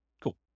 Cool